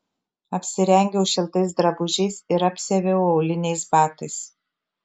apsirengiau šiltais drabužiais ir apsiaviau auliniais batais